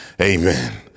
Amen